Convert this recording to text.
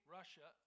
Russia